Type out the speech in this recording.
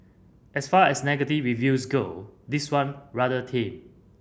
as far as negative reviews go this one rather tame